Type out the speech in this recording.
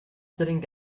sitting